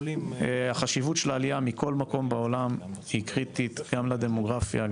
החשיבות של העלייה מכל מקום בעולם היא קריטית גם לדמוגרפיה,